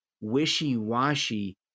wishy-washy